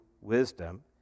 wisdom